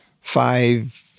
five